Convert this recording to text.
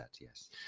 Yes